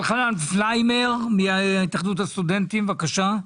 אלחנן פלהיימר, מהתאחדות הסטודנטים, בבקשה.